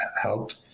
helped